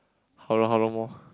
how long how long more